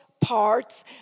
parts